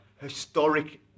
historic